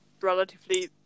relatively